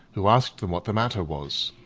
who asked them what the matter was.